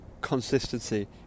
consistency